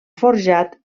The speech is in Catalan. forjat